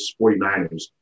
49ers